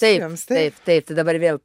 taip taip taip tai dabar vėl